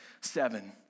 seven